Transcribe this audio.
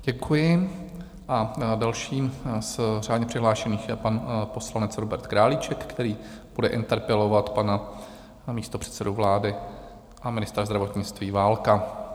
Děkuji a dalším řádně přihlášeným je pan poslanec Robert Králíček, který bude interpelovat pana místopředsedu vlády a ministra zdravotnictví Válka.